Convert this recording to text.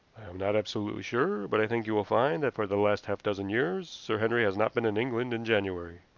not absolutely sure, but i think you will find that for the last half-dozen years sir henry has not been in england in january.